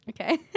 Okay